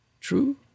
true